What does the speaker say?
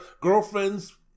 girlfriends